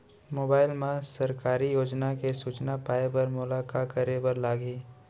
mobile मा सरकारी योजना के सूचना पाए बर मोला का करे बर लागही